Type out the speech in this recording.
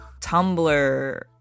Tumblr